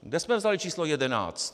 Kde jsme vzali číslo 11?